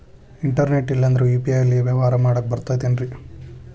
Internet ಇಲ್ಲಂದ್ರ UPI ಲೇ ವ್ಯವಹಾರ ಮಾಡಾಕ ಬರತೈತೇನ್ರೇ?